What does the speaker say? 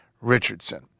Richardson